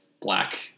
black